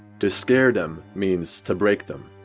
to scare them means to break them.